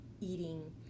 eating